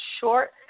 short